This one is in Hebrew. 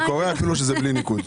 אני קורא אפילו בלי ניקוד.